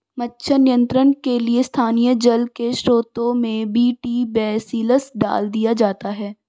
मच्छर नियंत्रण के लिए स्थानीय जल के स्त्रोतों में बी.टी बेसिलस डाल दिया जाता है